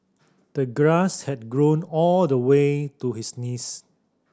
the grass had grown all the way to his knees